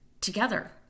together